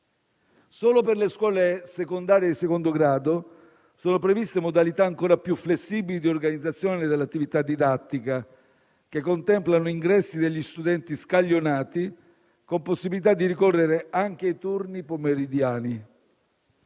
Solo per le scuole secondarie di secondo grado sono previste modalità ancora più flessibili di organizzazione dell'attività didattica, che contemplano ingressi degli studenti scaglionati con possibilità di ricorrere anche ai turni pomeridiani.